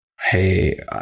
Hey